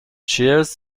cheers